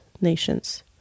nations